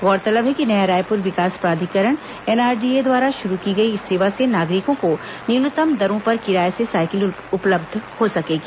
गौरतलब है कि नया रायपुर विकास प्राधिकरण एनआरडीए द्वारा शुरू की गई इस सेवा से नागरिकों को न्यूनतम दरों पर किराए से साइकिल उपलब्ध हो सकेगी